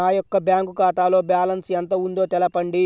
నా యొక్క బ్యాంక్ ఖాతాలో బ్యాలెన్స్ ఎంత ఉందో తెలపండి?